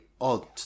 odd